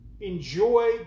enjoy